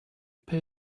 pay